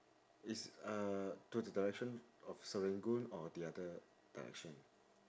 it's uh to the direction of serangoon or the other direction